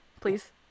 Please